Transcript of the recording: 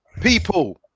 People